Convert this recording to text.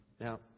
Now